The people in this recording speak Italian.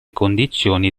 condizioni